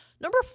Number